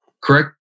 correct